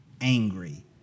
angry